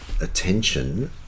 attention